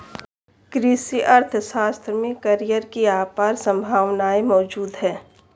कृषि अर्थशास्त्र में करियर की अपार संभावनाएं मौजूद है